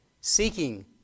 seeking